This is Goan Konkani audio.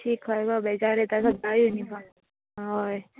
शी खरें गो बेजार येता सद्दां युनिफॉर्म हय